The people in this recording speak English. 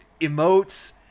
emotes